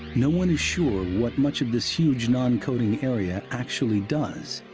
no one is sure what much of this huge non-coding area actually does,